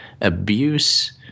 abuse